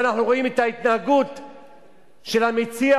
כל כך מהר,